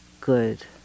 good